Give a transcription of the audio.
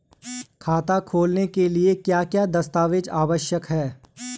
खाता खोलने के लिए क्या क्या दस्तावेज़ आवश्यक हैं?